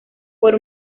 por